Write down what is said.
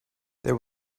there